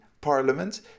parliament